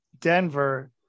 Denver